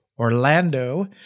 Orlando